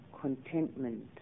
contentment